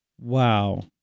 Wow